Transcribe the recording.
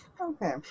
Okay